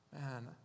Man